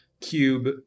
cube